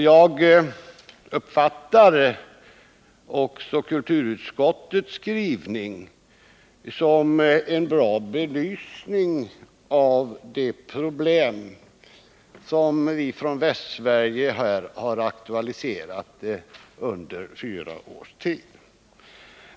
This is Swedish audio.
Jag uppfattar också kulturutskottets skrivning som en bra belysning av de problem som vi från Västsverige har aktualiserat under fyra års tid.